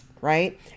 right